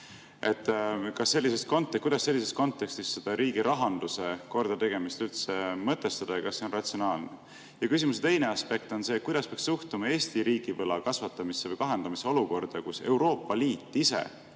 numbrit ei mäleta. Kuidas sellises kontekstis riigirahanduse kordategemist üldse mõtestada ja kas see on ratsionaalne? Ja küsimuse teine aspekt on see, kuidas peaks suhtuma Eesti riigi võla kasvatamisse või kahandamisse olukorras, kus Euroopa Liit ise